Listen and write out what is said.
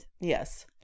yes